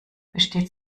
besteht